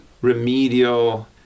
remedial